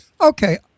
Okay